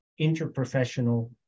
interprofessional